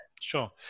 sure